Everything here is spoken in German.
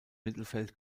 mittelfeld